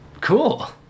Cool